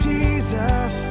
Jesus